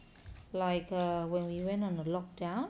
like err when we went on a locked down